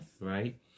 Right